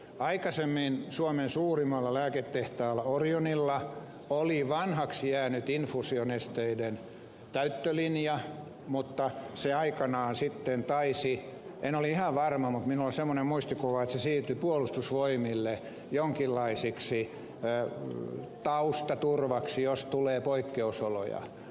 aikaisemmin suomen suurimmalla lääketehtaalla orionilla oli vanhaksi jäänyt infuusionesteiden täyttölinja mutta se aikanaan sitten en ole ihan varma mutta minulla on semmoinen muistikuva siirtyi puolustusvoimille jonkinlaiseksi taustaturvaksi jos tulee poikkeusoloja